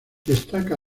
destaca